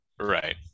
right